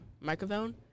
microphone